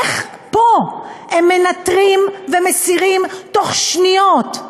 איך פה הם מנטרים ומסירים תוך שניות?